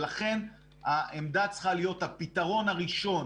ולכן העמדה צריכה להיות הפתרון הראשון